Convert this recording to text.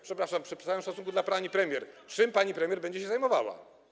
Przepraszam - przy całym szacunku dla pani premier - czym pani premier będzie się zajmowała?